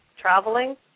traveling